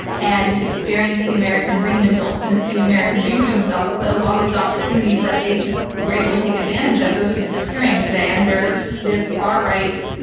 and experienced the american dream, and built and the american dream for themselves. but a lot of those opportunities that they were able to take advantage of, those are disappearing today under this far right,